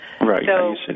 Right